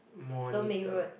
monitor